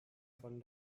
von